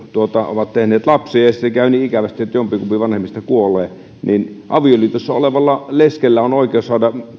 ovat tehneet lapsia ja sitten käy niin ikävästi että jompikumpi vanhemmista kuolee niin avioliitossa olevalla leskellä on oikeus saada